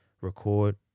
record